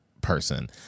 person